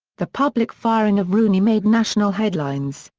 the public firing of rooney made national headlines,